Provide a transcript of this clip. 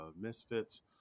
misfits